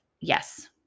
yes